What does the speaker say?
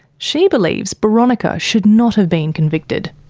she believes boronika should not have been convicted.